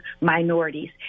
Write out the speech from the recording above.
minorities